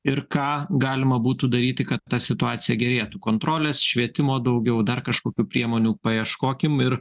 ir ką galima būtų daryti kad ta situacija gerėtų kontrolės švietimo daugiau dar kažkokių priemonių paieškokim ir